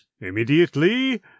Immediately